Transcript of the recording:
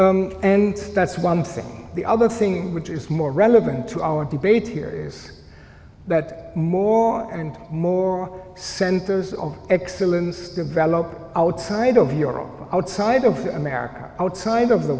and that's one thing the other thing which is more relevant to our debate here is that more and more centers of excellence develop outside of europe outside of america outside of the